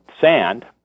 sand